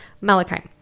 Malachite